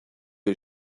est